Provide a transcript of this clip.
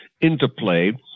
interplay